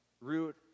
root